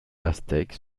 aztèque